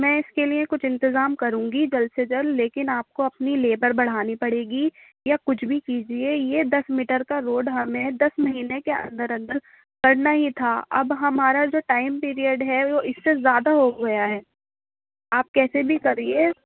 میں اس کے لیے کچھ انتظام کروں گی جلد سے جلد لیکن آپ کو اپنی لیبر بڑھانی پڑے گی یا کچھ بھی کیجیے یہ دس میٹر کا روڈ ہمیں دس مہینے کے اندر اندر کرنا ہی تھا اب ہمارا جو ٹائم پیریئڈ ہے وہ اس سے زیادہ ہو گیا ہے آپ کیسے بھی کریے